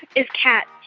is cats.